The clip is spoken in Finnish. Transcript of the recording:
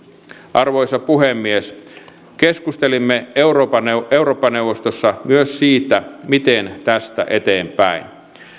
arvoisa puhemies keskustelimme eurooppa neuvostossa myös siitä miten tästä eteenpäin